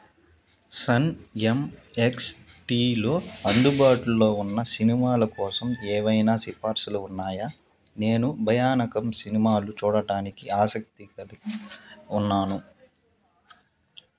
sun M X టీలో అందుబాటులో ఉన్న సినిమాల కోసం ఏవైనా సిఫార్సులు ఉన్నాయా నేను భయానకం సినిమాలు చూడడానికి ఆసక్తి కలిగి ఉన్నాను